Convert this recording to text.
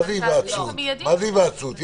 מה זה היוועצות?